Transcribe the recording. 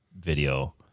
video